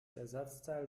ersatzteil